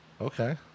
Okay